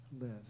live